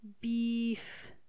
beef